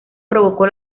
provocó